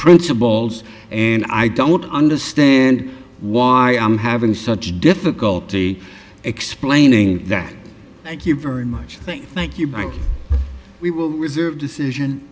principles and i don't understand why i'm having such difficulty explaining that thank you very much think thank you but we will reserve decision